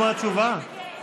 מה זה השטויות האלה.